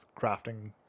crafting